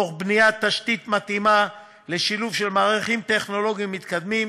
תוך בניית תשתית מתאימה לשילוב של מערכים טכנולוגיים מתקדמים,